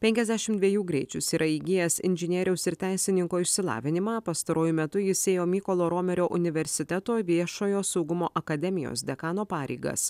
penkiasdešim dviejų greičius yra įgijęs inžinieriaus ir teisininko išsilavinimą pastaruoju metu jis ėjo mykolo romerio universiteto viešojo saugumo akademijos dekano pareigas